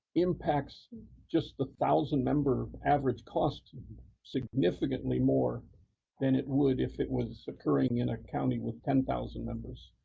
impacts just the thousand-member average cost significantly more than it would if it was occurring in a county with ten thousand members.